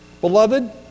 Beloved